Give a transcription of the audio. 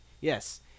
yes